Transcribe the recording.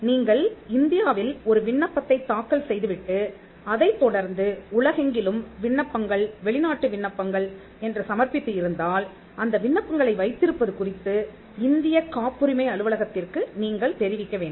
நீங்கள் இந்தியாவில் ஒரு விண்ணப்பத்தைத் தாக்கல் செய்து விட்டு அதைத் தொடர்ந்து உலகெங்கிலும் விண்ணப்பங்கள் வெளிநாட்டு விண்ணப்பங்கள் என்று சமர்ப்பித்து இருந்தால் அந்த விண்ணப்பங்களை வைத்திருப்பது குறித்து இந்தியக் காப்புரிமை அலுவலகத்திற்கு நீங்கள் தெரிவிக்க வேண்டும்